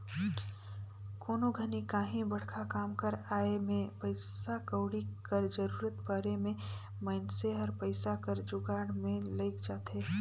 कोनो घनी काहीं बड़खा काम कर आए में पइसा कउड़ी कर जरूरत परे में मइनसे हर पइसा कर जुगाड़ में लइग जाथे